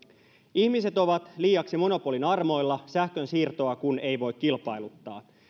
ihmiset ovat liiaksi monopolin armoilla sähkönsiirtoa kun ei voi kilpailuttaa